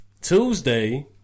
Tuesday